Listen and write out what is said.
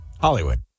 hollywood